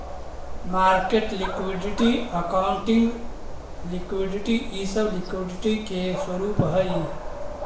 market liquidity, accounting liquidity इ सब liquidity के स्वरूप हई